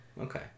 okay